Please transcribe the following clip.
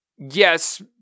Yes